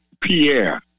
Pierre